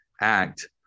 act